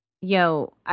yo